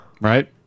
Right